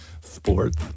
Sports